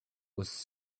was